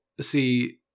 see